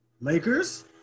Lakers